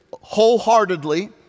wholeheartedly